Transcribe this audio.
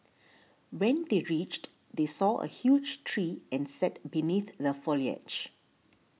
when they reached they saw a huge tree and sat beneath the foliage